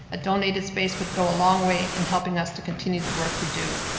a donated space would go a long way in helping us to continue the work we do.